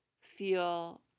feel